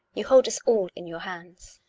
you hold us all in your hands.